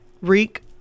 Reek